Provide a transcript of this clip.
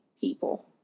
people